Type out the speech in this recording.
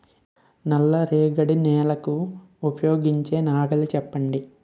నల్ల రేగడి నెలకు ఉపయోగించే నాగలి చెప్పండి?